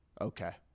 Okay